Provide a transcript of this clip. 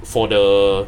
for the